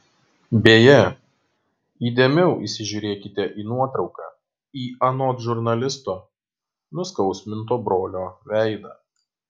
beje įdėmiau įsižiūrėkite į nuotrauką į anot žurnalisto nuskausminto brolio veidą